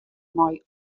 mei